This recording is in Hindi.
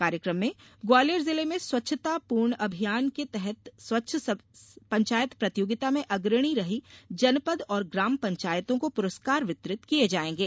कार्यकम में ग्वालियर जिले में सवच्छपूर्णा अभियान के तहत स्वच्छ पंचायत प्रतियोगिता में अग्रणी रही जनपद और ग्राम पंचायतों को पुरस्कार वितरित किये जायेंगे